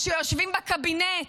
שיושבים בקבינט.